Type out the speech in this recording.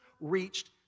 reached